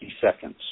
seconds